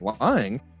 lying